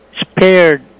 spared